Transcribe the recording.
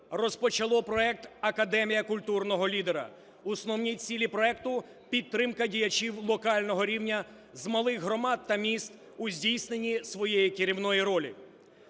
розпочало проект "Академія культурного лідера". Основні цілі проекту – підтримка діячів локального рівня з малих громад та міст у здійсненні своєї керівної ролі.